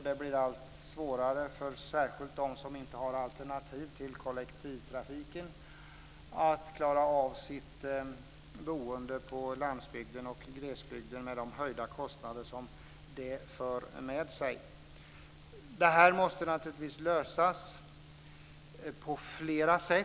Det blir allt svårare för dem som inte har kollektivtrafiken som alternativ att klara av sitt boende på landsbygden och i glesbygden med de höjda kostnader som det för med sig. Detta måste naturligtvis lösas på flera sätt.